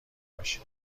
باشی